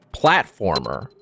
platformer